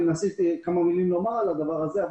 אני אנסה לומר כמה מילים על הדבר הזה,